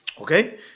Okay